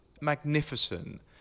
magnificent